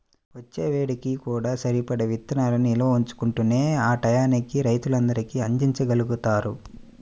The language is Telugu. వచ్చే ఏడుకి కూడా సరిపడా ఇత్తనాలను నిల్వ ఉంచుకుంటేనే ఆ టైయ్యానికి రైతులందరికీ అందిచ్చగలుగుతారు